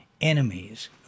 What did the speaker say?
enemies